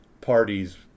parties